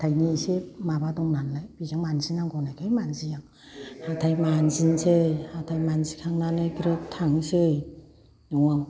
हाथायनि एसेे माबा दं नालाय बेजों मानजिनांगौ होननायखाय मानजियो आं हाथाय मानजिनसै हाथाय मानजिखांनानै ग्रोब थांनोसै न'आव